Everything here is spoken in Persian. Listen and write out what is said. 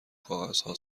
کاغذها